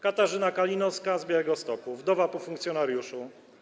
Katarzyna Kalinowska z Białegostoku, wdowa po funkcjonariuszu.